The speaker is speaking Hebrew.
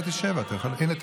שמעתי את הריאיון.